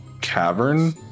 cavern